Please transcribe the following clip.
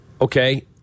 okay